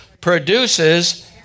produces